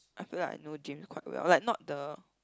I feel like I know James quite well like not the